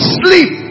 sleep